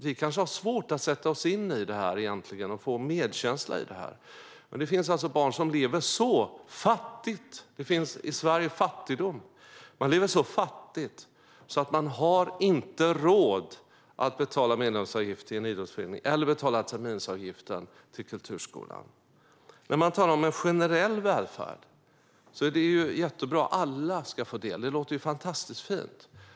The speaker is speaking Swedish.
Vi kanske har svårt att sätta oss in i det här och känna medkänsla, men det finns alltså barn som lever så fattigt - det finns fattigdom i Sverige - att deras familjer inte har råd att betala medlemsavgift till en idrottsförening eller terminsavgiften till kulturskolan. När man talar om en generell välfärd låter det jättebra. Alla ska få del av den, och det låter ju fantastiskt fint.